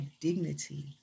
dignity